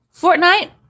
Fortnite